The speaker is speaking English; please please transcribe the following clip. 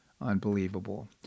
Unbelievable